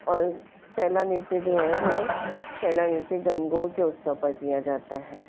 और सैरा नृत्य जो है वो सैरा नृत्य गणगौर के उत्सव पर किया जाता है